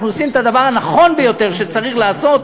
אנחנו עושים את הדבר הנכון ביותר שצריך לעשות.